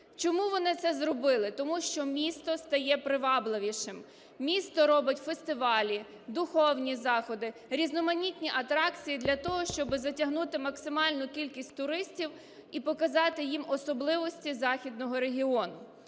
Чому вони це зробили? Тому що місто стає привабливішим, місто робить фестивалі, духовні заходи, різноманітні атракції для того, щоби затягнути максимальну кількість туристів і показати їм особливості західного регіону.